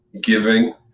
giving